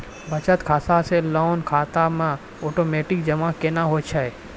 बचत खाता से लोन खाता मे ओटोमेटिक जमा केना होय छै?